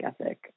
ethic